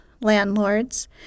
landlords